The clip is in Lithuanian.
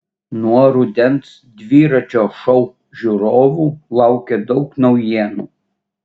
nuo rudens dviračio šou žiūrovų laukia daug naujienų